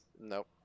Nope